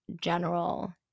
general